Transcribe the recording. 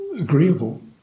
agreeable